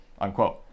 unquote